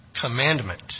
Commandment